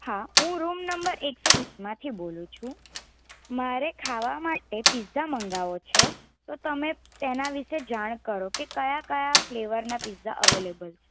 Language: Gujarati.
હા હું રૂમ નંબર એકસો વીસમાંથી બોલું છું મારે ખાવા માટે પીઝા મગાવવો છે તો તમે તેના વિશે જાણ કરો કે કયા કયા ફ્લેવરના પીઝા અવેલેબલ છે